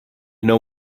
know